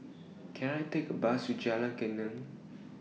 Can I Take A Bus to Jalan Geneng